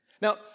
Now